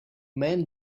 man